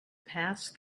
passed